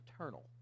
eternal